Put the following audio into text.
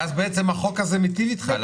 ואז בעצם החוק הזה מיטיב איתך.